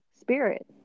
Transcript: spirit